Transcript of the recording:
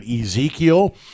Ezekiel